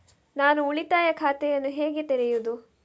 ನಾನು ಉಳಿತಾಯ ಖಾತೆಯನ್ನು ಹೇಗೆ ತೆರೆಯುದು?